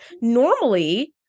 normally